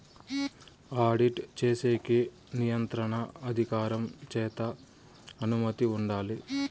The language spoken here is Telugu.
ఆడిట్ చేసేకి నియంత్రణ అధికారం చేత అనుమతి ఉండాలి